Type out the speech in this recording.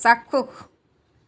চাক্ষুস